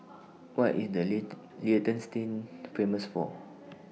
What IS The lit Liechtenstein Famous For